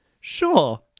Sure